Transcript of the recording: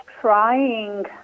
trying